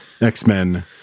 X-Men